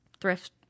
thrift